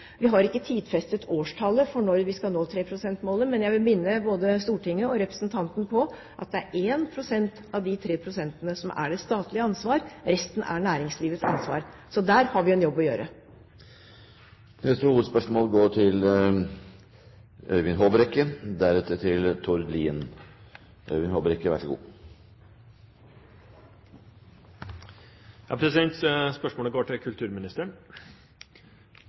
Vi har ikke tidfestet årstallet for når vi skal nå 3. pst-målet, men jeg vi minne både Stortinget og representanten på at det er 1 pst. av de 3 pst. som er statlig ansvar, resten er næringslivets ansvar. Så der har vi en jobb å gjøre. Vi går videre til neste hovedspørsmål. Spørsmålet går til